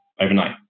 overnight